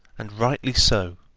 and rightly so.